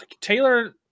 taylor